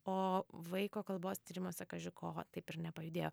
o vaiko kalbos tyrimuose kaži ko taip ir nepajudėjo